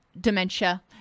dementia